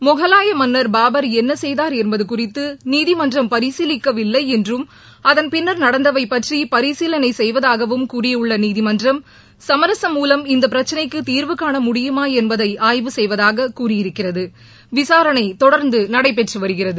முகலாய மன்னர் பாபர் என்ன செய்தார் என்பது குறித்து நீதிமன்றம் பரிசீலிக்கவில்லை என்றும் அதன் பின்னா் நடந்தவை பற்றி பரிசீலனை செய்வதாகவும் கூறியுள்ள நீதிமன்றம் சமரசம் மூலம் இந்த பிரச்சினைக்கு தீர்வு காண முடியுமா என்பதை ஆய்வு கெய்வதாக கூறியிருக்கிறது விசாரணை தொடர்ந்து நடைபெற்று வருகிறது